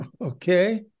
Okay